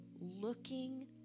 looking